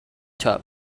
tub